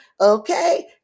okay